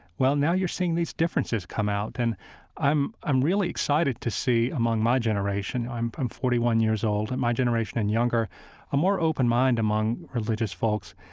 well, now you're seeing these differences come out, and i'm i'm really excited to see among my generation i'm i'm forty one years old and my generation and younger a more open mind among religious folks.